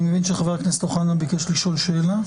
אני מבין שחבר הכנסת אוחנה ביקש לשאול שאלה?